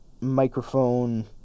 microphone